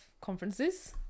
conferences